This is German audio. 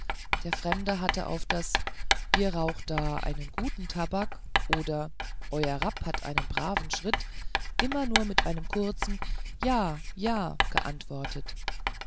der fremde hatte auf das ihr raucht da einen guten tabak oder euer rapp hat einen braven schritt immer nur mit einem kurzen ja ja geantwortet